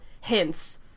hints